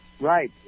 Right